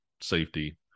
safety